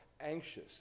anxious